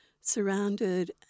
surrounded